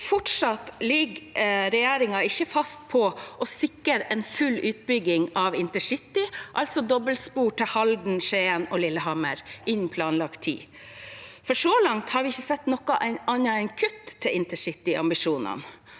fortsatt ikke fast på å sikre en full utbygging av intercity, altså dobbeltspor til Halden, Skien og Lillehammer, innen planlagt tid, for så langt har vi ikke sett noe annet enn kutt til intercityambisjonene.